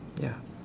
ya